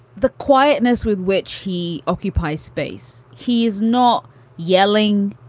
the quietness with which he occupies space. he's not yelling.